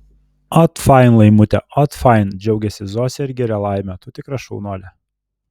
ot fain laimute ot fain džiaugiasi zosė ir giria laimą tu tikra šaunuolė